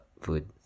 food